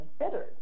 considered